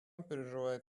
переживает